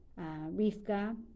Rivka